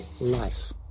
life